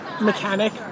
mechanic